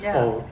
ya